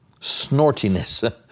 snortiness